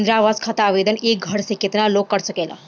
इंद्रा आवास खातिर आवेदन एक घर से केतना लोग कर सकेला?